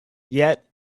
yet